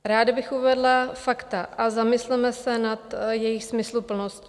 Ráda bych uvedla fakta a zamysleme se nad jejich smysluplností.